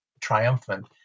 triumphant